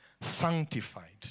Sanctified